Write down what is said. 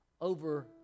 over